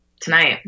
tonight